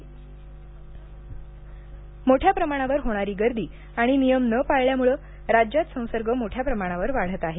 मख्यमंत्री मोठ्या प्रमाणावर होणारी गर्दी आणि नियम न पाळल्यामुळे राज्यात संसर्ग मोठ्या प्रमाणावर वाढत आहे